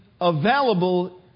available